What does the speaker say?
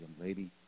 lady